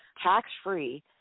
tax-free